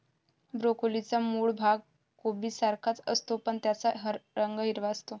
ब्रोकोलीचा मूळ भाग कोबीसारखाच असतो, पण त्याचा रंग हिरवा असतो